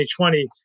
2020